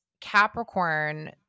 Capricorn –